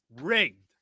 Rigged